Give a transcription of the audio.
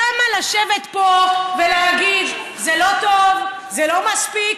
למה לשבת פה ולהגיד: זה לא טוב, זה לא מספיק?